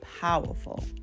powerful